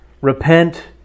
Repent